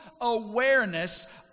awareness